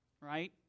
right